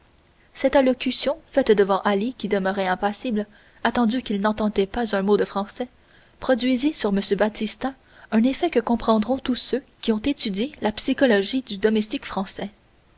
cette allocution faite devant ali qui demeurait impassible attendu qu'il n'entendait pas un mot de français produisit sur m baptistin un effet que comprendront tous ceux qui ont étudié la psychologie du domestique français